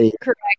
Correct